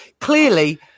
Clearly